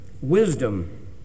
wisdom